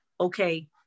okay